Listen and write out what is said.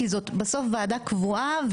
כי זאת בסוף ועדה קבועה.